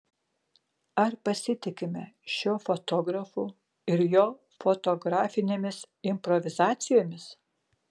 ar pasitikime šiuo fotografu ir jo fotografinėmis improvizacijomis